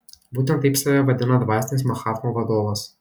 būtent taip save vadina dvasinis mahatmų vadovas